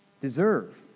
deserve